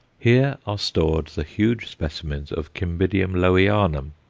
here are stored the huge specimens of cymbidium lowianum,